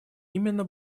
именно